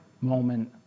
moment